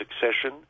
succession